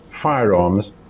Firearms